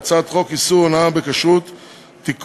1. הצעת חוק איסור הונאה בכשרות (תיקון,